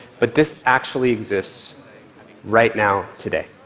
but this actually exists right now, today.